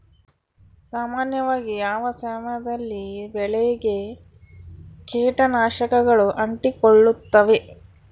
ಸಾಮಾನ್ಯವಾಗಿ ಯಾವ ಸಮಯದಲ್ಲಿ ಬೆಳೆಗೆ ಕೇಟನಾಶಕಗಳು ಅಂಟಿಕೊಳ್ಳುತ್ತವೆ?